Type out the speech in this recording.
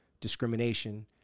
discrimination